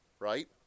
Right